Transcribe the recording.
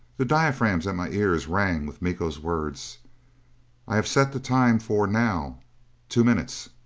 the diaphragms at my ears rang with miko's words i have set the time for now two minutes